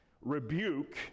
rebuke